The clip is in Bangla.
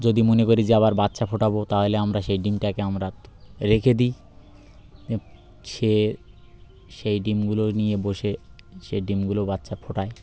যদি মনে করি যে আবার বাচ্চা ফোটাবো তাহলে আমরা সেই ডিমটাকে আমরা রেখে দিই সে সেই ডিমগুলো নিয়ে বসে সে ডিমগুলো বাচ্চা ফোটায়